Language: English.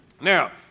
Now